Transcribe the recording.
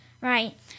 Right